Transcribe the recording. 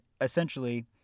essentially